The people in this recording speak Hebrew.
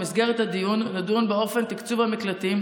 במסגרת הדיון נדון באופן תקצוב המקלטים,